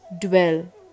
dwell